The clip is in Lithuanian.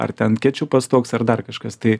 ar ten kečupas toks ar dar kažkas tai